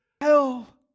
Hell